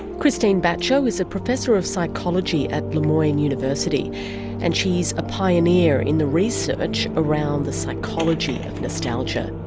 krystine batcho is a professor of psychology at la moyne university and she's a pioneer in the research around the psychology of nostalgia.